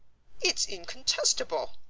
it's incontestable.